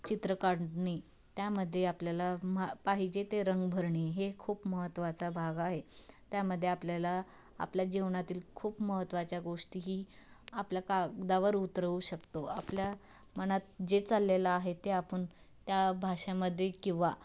चित्र काढणे त्यामध्ये आपल्याला मा पाहिजे ते रंग भरणे हे खूप महत्त्वाचा भाग आहे त्यामध्ये आपल्याला आपल्या जीवनातील खूप महत्त्वाच्या गोष्टी ही आपल्या कागदावर उतरवू शकतो आपल्या मनात जे चाललेलं आहे ते आपन त्या भाषामध्ये किंवा